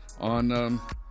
on